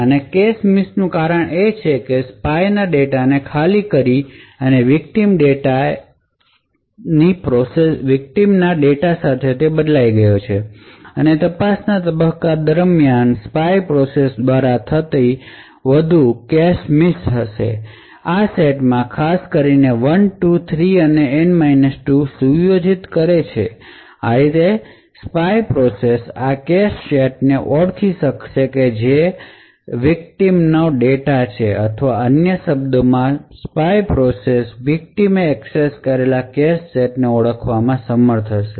અને cache miss નું કારણ એ છે કે સ્પાય ડેટાને ખાલી કરી અને વિકટીમ ડેટા સાથે તે બદલાઈ ગયો છે અને તપાસના તબક્કા દરમ્યાન સ્પાય પ્રોસેસ દ્વારા થતી વધુ કેશ મિસ હશે આ સેટમાં ખાસ કરીને 1 2 3 અને N 2 સુયોજિત કરે છે આ રીતે સ્પાય પ્રોસેસ આ કેશ સેટ્સને ઓળખી શકશે જેનો ભોગ બનેલા ડેટા છે અથવા અન્ય શબ્દો સ્પાય પ્રોસેસ વિકટીમ એ એક્સેસ કરેલા કેશ સેટ્સને ઓળખવામાં સમર્થ હશે